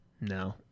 No